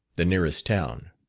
the nearest town.